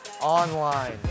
online